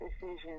decisions